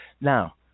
Now